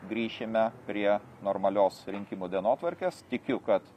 grįšime prie normalios rinkimų dienotvarkės tikiu kad